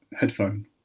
headphone